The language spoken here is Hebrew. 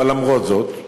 למרות זאת,